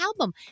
album